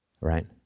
Right